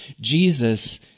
Jesus